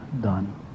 done